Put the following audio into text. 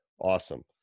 Awesome